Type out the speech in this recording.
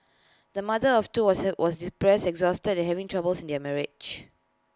the mother of two was have was depressed exhausted and having troubles in her marriage